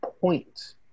point